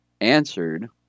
answered